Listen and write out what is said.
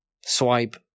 swipe